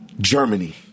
Germany